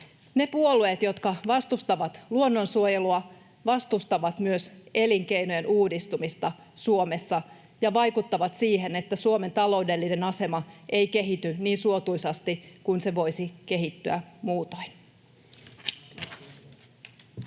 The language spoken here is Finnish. Ne puolueet, jotka vastustavat luonnonsuojelua, vastustavat myös elinkeinojen uudistumista Suomessa ja vaikuttavat siihen, että Suomen taloudellinen asema ei kehity niin suotuisasti kuin se voisi kehittyä muutoin.